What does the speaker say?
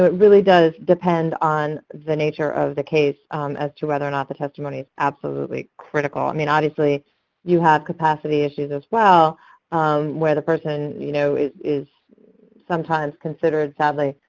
but really does depend on the nature of the case as to whether or not the testimony is absolutely critical. i mean obviously you have capacity issues as well where the person you know is is sometimes considered, sadly,